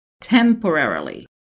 Temporarily